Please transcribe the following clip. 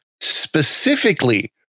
specifically